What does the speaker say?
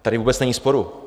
Tady vůbec není sporu.